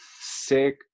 sick